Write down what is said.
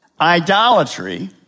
idolatry